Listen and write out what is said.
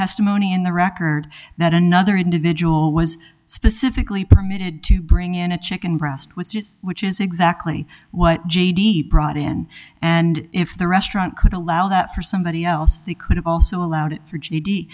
testimony in the record that another individual was specifically permitted to bring in a chicken breast was just which is exactly what j d brought in and if the restaurant could allow that for somebody else they could have also allowed for g